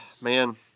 Man